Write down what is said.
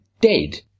dead